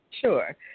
Sure